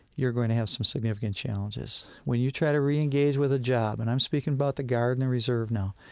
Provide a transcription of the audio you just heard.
you're going to have some significant challenges. when you try to re-engage with a job, and i'm speaking about the guard and the reserve now,